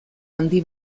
handi